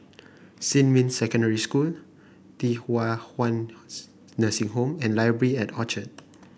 Xinmin Secondary School Thye Hua Kwan Nursing Home and Library at Orchard